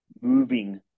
moving